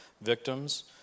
victims